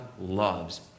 loves